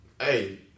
Hey